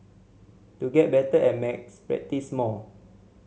to get better at maths practise more